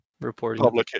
reporting